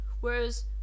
whereas